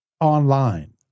online